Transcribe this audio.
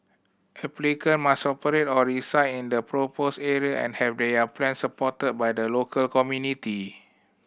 applicant must operate or reside in the proposed area and have their plans supported by the local community